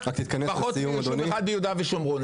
פחות מיישוב אחד ביהודה ושומרון.